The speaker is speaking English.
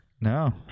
No